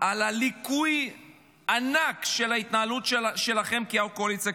על הליקוי הענק של ההתנהלות שלכם כקואליציה,